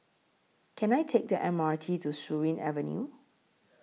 Can I Take The M R T to Surin Avenue